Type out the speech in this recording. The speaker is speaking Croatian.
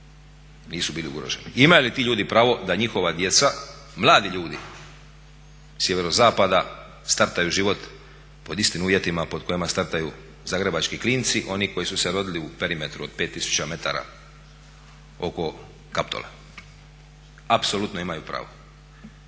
nisu bili ugroženi. Imaju li ti ljudi pravo da njihova djeca, mladi ljudi sjeverozapada startaju život pod istim uvjetima pod kojima startaju zagrebački klinci, oni koji su se rodili u perimetru od 5000 metara oko Kaptola. Apsolutno imaju pravo.